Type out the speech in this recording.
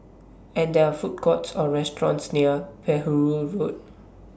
and There Food Courts Or restaurants near Perahu Road